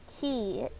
key